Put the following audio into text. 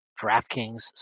DraftKings